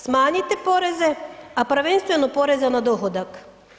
Smanjite poreze, a prvenstveno poreze na dohodak.